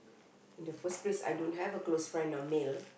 in the first place I don't have a close friend I'm male